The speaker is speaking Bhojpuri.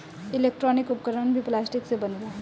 इलेक्ट्रानिक उपकरण भी प्लास्टिक से बनेला